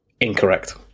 Incorrect